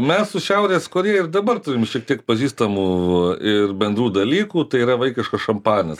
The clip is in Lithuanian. mes su šiaurės korėja ir dabar turim šiek tiek pažįstamų ir bendrų dalykų tai yra vaikiškas šampanas